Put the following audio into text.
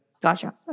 Gotcha